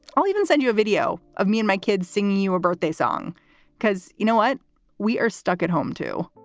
i'll even send you a video of me and my kids singing your birthday song because you know what we are stuck at home to.